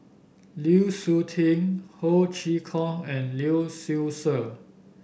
Lu Suitin Ho Chee Kong and Lee Seow Ser